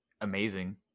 amazing